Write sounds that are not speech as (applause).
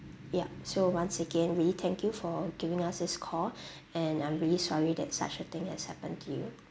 yup so once again really thank you for giving us this call (breath) and I'm really sorry that such a thing has happened to you